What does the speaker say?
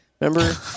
remember